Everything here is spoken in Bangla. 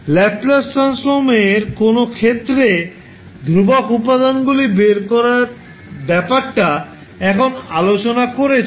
ল্যাপ্লাস ট্রান্সফর্মের কোনও ক্ষেত্রে ধ্রুবক উপাদানগুলি বের করার ব্যপারটা এখন আলোচনা করেছি